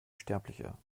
sterblicher